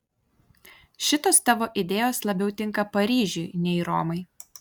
šitos tavo idėjos labiau tinka paryžiui nei romai